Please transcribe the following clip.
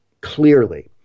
clearly